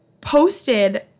posted